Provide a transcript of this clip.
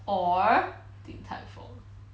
or 鼎泰丰